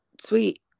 sweet